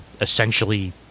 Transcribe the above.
essentially